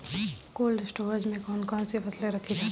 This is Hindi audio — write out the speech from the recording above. कोल्ड स्टोरेज में कौन कौन सी फसलें रखी जाती हैं?